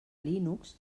linux